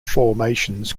formations